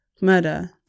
murder